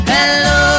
Hello